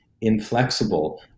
inflexible